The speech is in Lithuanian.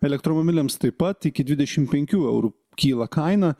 elektromobiliams taip pat iki dvidešimt penkių eurų kyla kaina